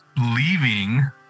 leaving